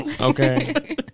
Okay